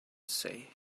say